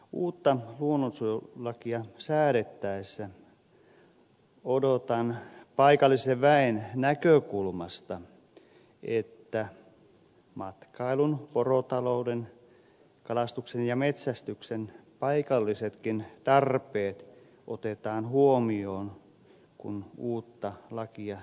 uutta luonnonsuojelulakia säädettäessä odotan paikallisen väen näkökulmasta että matkailun porotalouden kalastuksen ja metsästyksen paikallisetkin tarpeet otetaan huomioon